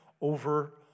over